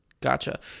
gotcha